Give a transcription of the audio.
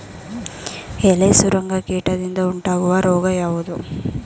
ಎಲೆ ಸುರಂಗ ಕೀಟದಿಂದ ಉಂಟಾಗುವ ರೋಗ ಯಾವುದು?